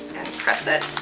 press it.